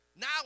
Now